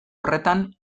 horretan